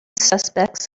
suspects